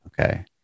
Okay